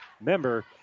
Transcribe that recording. member